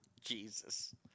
Jesus